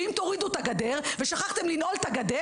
ואם תורידו את הגדר ושכחתם לנעול את הגדר